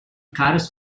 caras